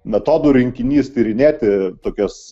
metodų rinkinys tyrinėti tokias